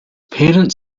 parents